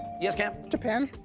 yes, cam? japan.